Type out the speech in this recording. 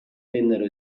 vennero